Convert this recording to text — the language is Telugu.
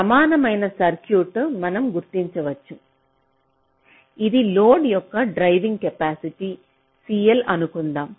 కాబట్టి సమానమైన సర్క్యూట్ మనం గుర్తించవచ్చు ఇది లోడ్ యొక్క డ్రైవింగ్ కెపాసిటీ CL అనుకుందాం